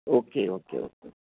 okay okay okay